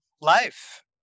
life